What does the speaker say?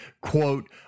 quote